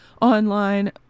online